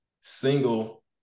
single